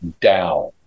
down